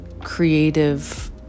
creative